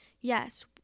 Yes